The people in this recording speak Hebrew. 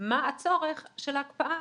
מה הצורך של הקפאה,